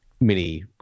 mini